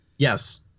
Yes